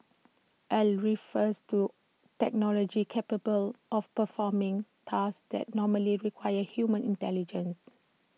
al refers to technology capable of performing tasks that normally require human intelligence